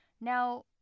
Now